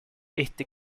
este